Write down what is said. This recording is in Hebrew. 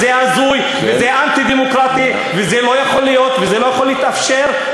זה הזוי וזה אנטי-דמוקרטי וזה לא יכול להיות ולא יכול להתאפשר.